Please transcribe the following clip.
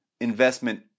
investment